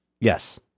Yes